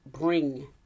bring